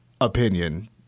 opinion